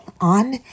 On